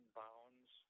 bounds